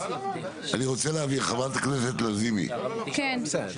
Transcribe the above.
אני רוצה להבהיר חברת הכנסת לזימי שלום,